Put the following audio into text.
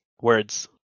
Words